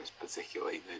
particularly